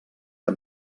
que